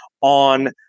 on